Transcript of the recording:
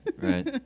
right